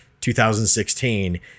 2016